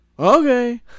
Okay